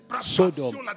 Sodom